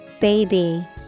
Baby